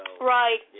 Right